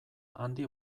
handi